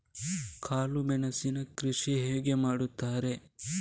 ಕಾಳು ಮೆಣಸಿನ ಕೃಷಿ ಹೇಗೆ ಮಾಡುತ್ತಾರೆ?